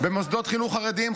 במוסדות חינוך חרדיים,